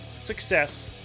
success